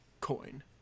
coin